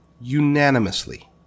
unanimously